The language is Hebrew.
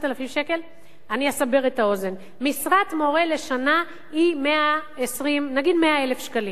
אני אסבר את האוזן: משרת מורה לשנה היא 100,000 שקלים,